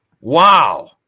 wow